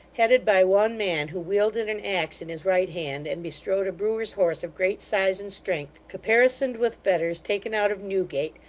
headed by one man who wielded an axe in his right hand, and bestrode a brewer's horse of great size and strength, caparisoned with fetters taken out of newgate,